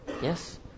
Yes